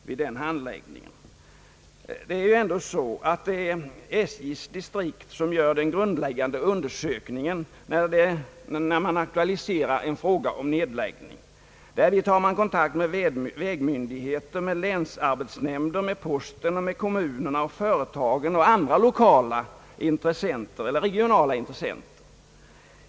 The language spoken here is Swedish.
När en nedläggning aktualiseras är det SJ:s distrikt som gör den grundläggande undersökningen. Därvid tar man kontakt med vägmyndigheter och länsarbetsnämnder, med posten, kommunerna, företagen och andra lokala eller regionala intressenter.